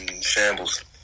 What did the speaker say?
Shambles